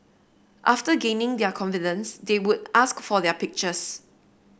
after gaining their confidence they would ask for their pictures